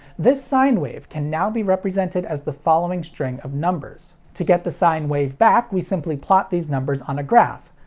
this sine wave can now be represented as the following string of numbers. to get the sine wave back, we simply plot those numbers on a graph.